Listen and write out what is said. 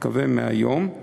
אני מקווה מהיום,